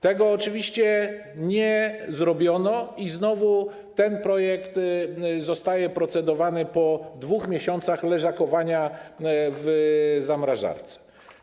Tego oczywiście nie zrobiono i znowu ten projekt jest procedowany po 2 miesiącach leżakowania w zamrażarce.